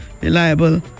reliable